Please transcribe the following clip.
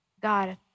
God